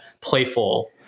playful